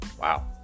Wow